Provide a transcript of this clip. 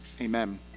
Amen